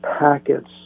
packets